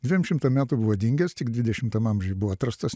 dviem šimtam metų buvo dingęs tik dvidešimtam amžiui buvo atrastas